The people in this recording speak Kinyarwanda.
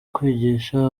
kwigisha